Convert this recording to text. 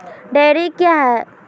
Dairy क्या हैं?